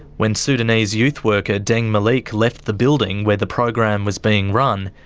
when sudanese youth worker deng maleek left the building where the program was being run,